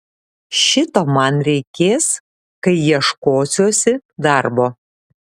šito man reikės kai ieškosiuosi darbo